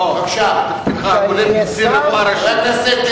לא, אני שואל על תפקידך הקודם כקצין רפואה ראשי.